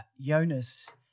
Jonas